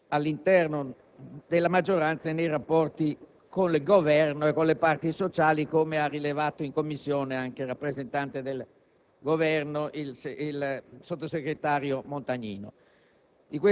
all'interno della maggioranza e nei rapporti con il Governo e con le parti sociali, come ha rilevato in Commissione il rappresentante del Governo nella persona del sottosegretario Montagnino.